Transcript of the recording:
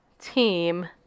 team